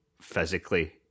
physically